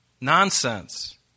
Nonsense